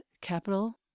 capital